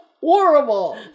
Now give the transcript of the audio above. horrible